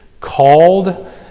called